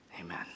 Amen